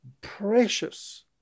precious